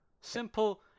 Simple